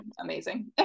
amazing